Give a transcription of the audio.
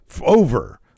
over